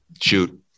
shoot